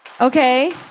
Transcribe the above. Okay